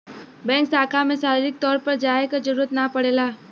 bank शाखा में शारीरिक तौर पर जाये क जरुरत ना पड़ेला